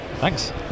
thanks